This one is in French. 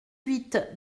huit